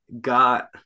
got